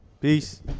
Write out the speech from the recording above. Peace